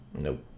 Nope